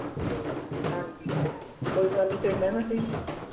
ਅਤੇ ਹਾਂਜੀ ਕੋਈ ਗੱਲ ਨਹੀਂ ਫਿਰ ਮੈਮ ਅਸੀਂ